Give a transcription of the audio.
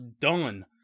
done